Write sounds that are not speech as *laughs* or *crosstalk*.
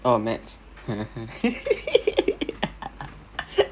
oh maths *laughs*